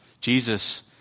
Jesus